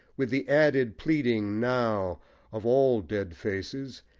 with the added pleading now of all dead faces,